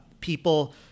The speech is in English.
people